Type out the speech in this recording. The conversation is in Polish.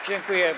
Dziękuję.